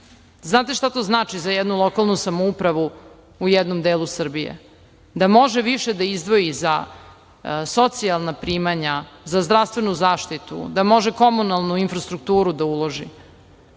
Znate šta to znači za jednu lokalnu samoupravu u jednom delu Srbije? Da može više da izdvoji za socijalna primanja, za zdravstvenu zaštitu, da može u komunalnu infrastrukturu da uloži.